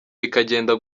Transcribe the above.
bikagenda